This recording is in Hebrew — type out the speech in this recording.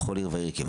בכל עיר כמעט.